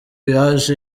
yaje